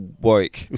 woke